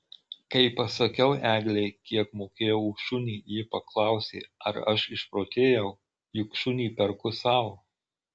kai pasakiau eglei kiek mokėjau už šunį ji paklausė ar aš išprotėjau juk šunį perku sau